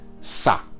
sa